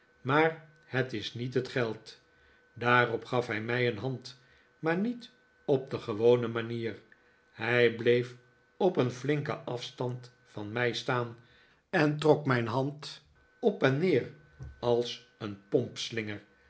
maar het is niet het geld daarop gaf hij mij een hand maar niet op de gewone manier hij bleef op een flinken afstand van mij staan en trok mijn hand op en neer als een